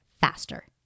faster